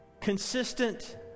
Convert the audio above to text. consistent